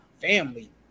family